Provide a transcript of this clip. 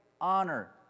honor